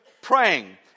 praying